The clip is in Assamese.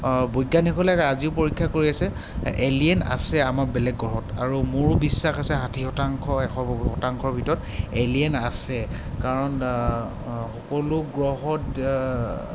বৈজ্ঞানিকসকলে আজিও পৰীক্ষা কৰি আছে এলিয়েন আছে আমাৰ বেলেগ গ্ৰহত আৰু মোৰ বিশ্বাস আছে ষাঠি শতাংশ এশ শতাংশৰ ভিতৰত এলিয়েন আছে কাৰণ সকলো গ্ৰহত